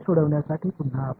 என்று ஒரு கேள்வி வருகிறது